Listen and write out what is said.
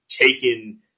taken –